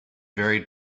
varied